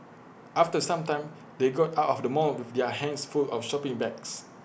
after some time they got out of the mall with their hands full of shopping bags